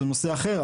זה נושא אחר,